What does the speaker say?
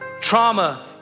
trauma